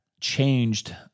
changed